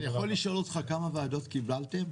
אני יכול לשאול אותך כמה ועדות קיבלתם?